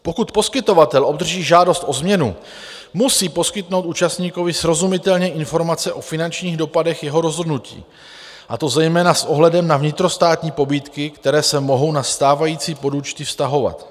Pokud poskytovatel obdrží žádost o změnu, musí poskytnout účastníkovi srozumitelně informace o finančních dopadech jeho rozhodnutí, a to zejména s ohledem na vnitrostátní pobídky, které se mohou na stávající podúčty vztahovat.